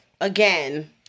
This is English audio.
Again